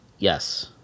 Yes